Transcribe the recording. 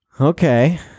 Okay